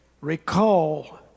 recall